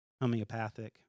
homeopathic